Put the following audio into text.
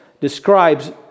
describes